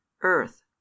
Earth